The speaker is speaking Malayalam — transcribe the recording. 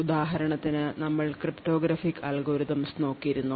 ഉദാഹരണത്തിന് നമ്മൾ ക്രിപ്റ്റോഗ്രാഫിക് അൽഗോരിതംസ് നോക്കിയിരുന്നു